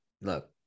look